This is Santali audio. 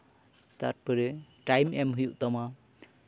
ᱛᱟᱨᱯᱚᱨᱮ ᱴᱟᱭᱤᱢ ᱮᱢ ᱦᱩᱭᱩᱜ ᱛᱟᱢᱟ